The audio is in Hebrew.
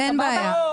סבבה?